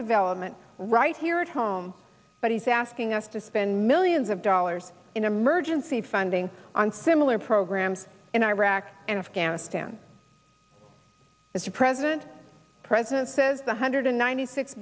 development right here at home but he's asking us to spend millions of dollars in emergency funding on similar programs in iraq and afghanistan as the president president says the hundred and ninety six